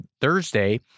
Thursday